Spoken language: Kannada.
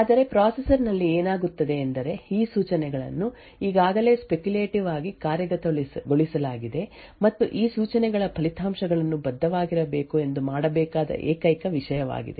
ಆದರೆ ಪ್ರೊಸೆಸರ್ ನಲ್ಲಿ ಏನಾಗುತ್ತದೆ ಎಂದರೆ ಈ ಸೂಚನೆಗಳನ್ನು ಈಗಾಗಲೇ ಸ್ಪೆಕ್ಯುಲೇಟೀವ್ ಆಗಿ ಕಾರ್ಯಗತಗೊಳಿಸಲಾಗಿದೆ ಮತ್ತು ಈ ಸೂಚನೆಗಳ ಫಲಿತಾಂಶಗಳನ್ನು ಬದ್ಧವಾಗಿರಬೇಕು ಎಂದು ಮಾಡಬೇಕಾದ ಏಕೈಕ ವಿಷಯವಾಗಿದೆ